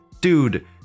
Dude